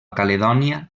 caledònia